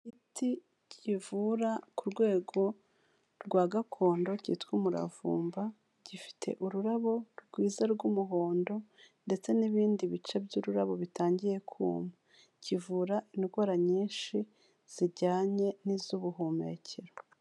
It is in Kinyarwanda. Igiti kivura ku rwego rwa gakondo cyitwa umuravumba, gifite ururabo rwiza rw'umuhondo ndetse n'ibindi bice by'ururabo bitangiye kuma, kivura indwara nyinshi zijyanye n'iz'ubuhumekero.